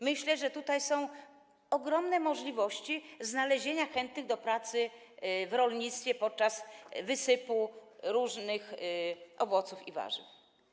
Myślę, że tutaj są ogromne możliwości znalezienia chętnych do pracy w rolnictwie podczas wysypu różnych owoców i warzyw.